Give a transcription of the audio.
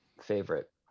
favorite